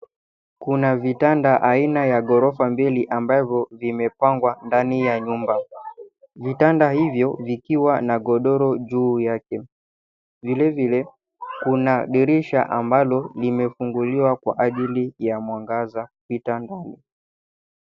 Kuna vitanda aina ya ghorofa mbili ambavyo vimepangwa ndani ya nyumba, vitanda hivyo vikiwa na godoro juu yake. Vile vile kuna dirisha ambalo limefunguliwa kwa ajili ya mwangaza kitandani.